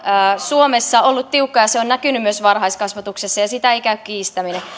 suomessa ollut tiukka ja se on näkynyt myös varhaiskasvatuksessa sitä ei käy kiistäminen